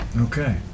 Okay